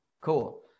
Cool